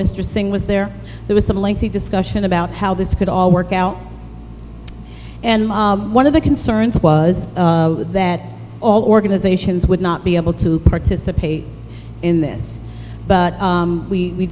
mr singh was there there was some lengthy discussion about how this could all work out and one of the concerns was that all organizations would not be able to participate in this but